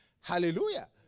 Hallelujah